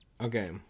Okay